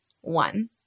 one